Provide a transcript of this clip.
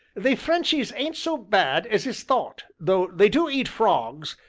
they frenchies ain't so bad as is thought, though they do eat frogs,